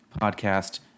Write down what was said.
Podcast